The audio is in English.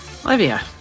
Olivia